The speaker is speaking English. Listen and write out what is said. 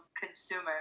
consumer